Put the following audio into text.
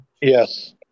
Yes